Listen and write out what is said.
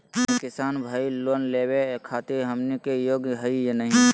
हमनी किसान भईल, लोन लेवे खातीर हमनी के योग्य हई नहीं?